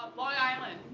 long island.